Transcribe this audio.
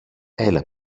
έλα